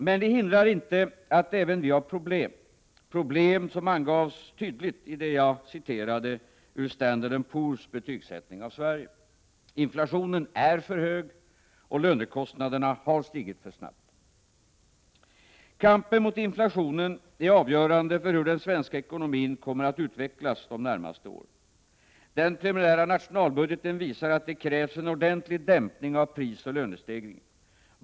Men det hindrar inte att även vi har problem — problem som angavs tydligt i det jag inledningsvis citerade ur Standard & Poor's betygsättning av Sverige. Inflationen är för hög och lönekostnaderna har stigit för snabbt. Kampen mot inflationen är avgörande för hur den svenska ekonomin kommer att utvecklas de närmaste åren. Den preliminära nationalbudgeten visar att det krävs en ordentlig dämpning av prisoch lönestegringen.